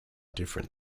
different